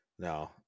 No